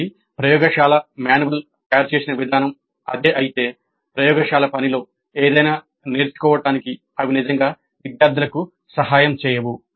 కాబట్టి ప్రయోగశాల మాన్యువల్లు తయారుచేసిన విధానం అదే అయితే ప్రయోగశాల పనిలో ఏదైనా నేర్చుకోవడానికి అవి నిజంగా విద్యార్థులకు సహాయం చేయవు